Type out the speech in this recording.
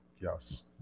Yes